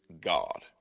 God